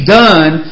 done